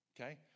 okay